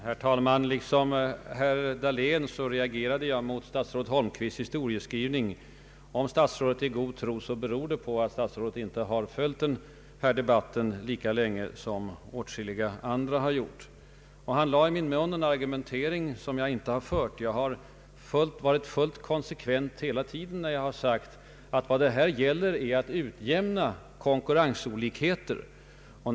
Herr talman! Liksom herr Dahlén reagerade jag mot statsrådet Holmqvists historieskrivning. Om statsrådet är i god tro, beror det på att statsrådet inte har följt debatten lika länge som åtskilliga andra har gjort. Han lade i min mun en argumentering som jag inte fört. Jag har varit fullt konsekvent hela tiden när jag har sagt att vad det här gäller är att utjämna konkurrensolikheterna.